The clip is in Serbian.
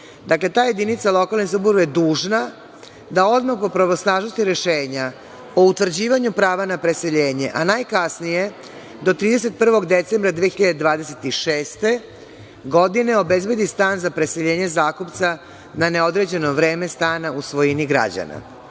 vrši. Dakle, ta jedinca lokalne samouprave umesto da bude dužna da odmah o pravosnažnosti rešenja po utvrđivanju prava na preseljenje a najkasnije do 31. decembra 2026. godine obezbedi stan za preseljenje zakupca na neodređeno vreme stana u svojini građanina.